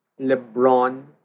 Lebron